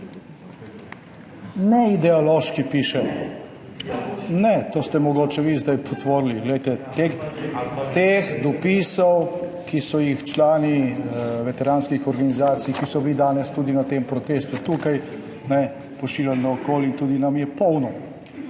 Neideološki piše! Ne! To ste mogoče vi zdaj potvorili. Glejte, teh dopisov, ki so jih člani veteranskih organizacij, ki so bili danes tudi na tem protestu tukaj, pošiljali naokoli in tudi nam, je polno.